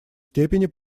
степени